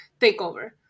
takeover